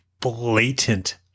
blatant